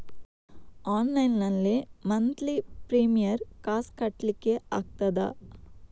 Online ನಲ್ಲಿ monthly premium ಕಾಸ್ ಕಟ್ಲಿಕ್ಕೆ ಆಗ್ತದಾ?